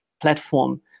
platform